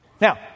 now